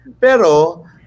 Pero